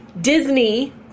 Disney